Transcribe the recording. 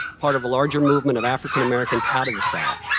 part of larger movement of african americans out of the south,